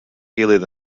gilydd